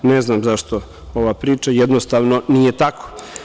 Ne znam zašto ova priča, jednostavno nije tako.